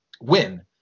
win